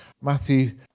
Matthew